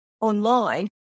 online